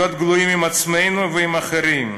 להיות גלויים עם עצמנו ועם אחרים,